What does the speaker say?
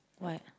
what